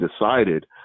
decided